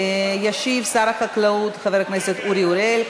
ישיב שר החקלאות חבר הכנסת אורי אריאל.